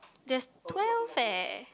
there's twelve leh